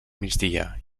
migdia